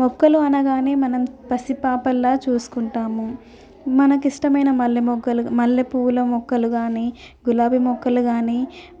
మొక్కలు అనగానే మనం పసిపాపల్లా చూసుకుంటాము మనకు ఇష్టమైన మల్లె మొక్కలు మల్లె పువ్వుల మొక్కలు కానీ గులాబీ మొక్కలు కానీ